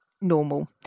normal